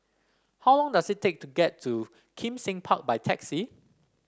how long does it take to get to Kim Seng Park by taxi